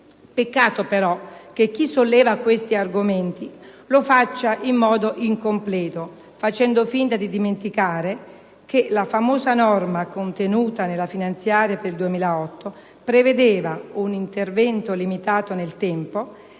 Peccato, però, che chi solleva tali argomenti lo faccia in maniera incompleta, facendo finta di dimenticare che la famosa norma contenuta nella finanziaria per il 2008 prevedeva un intervento limitato nel tempo,